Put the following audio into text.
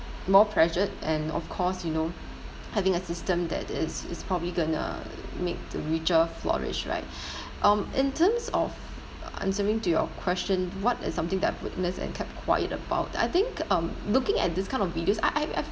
more pressured and of course you know having a system that is is probably gonna make the richer flourish right um in terms of answering to your question what is something that I've witnessed and kept quiet about I think um looking at this kind of videos I I I